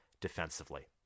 defensively